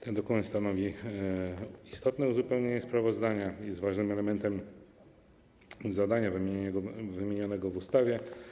Ten dokument stanowi istotne uzupełnienie sprawozdania i jest ważnym elementem zadania wymienionego w ustawie.